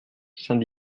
saint